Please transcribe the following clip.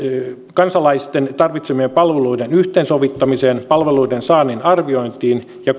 kansalaisten tarvitsemien palveluiden yhteensovittamiseen palveluiden saannin arviointiin ja